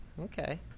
Okay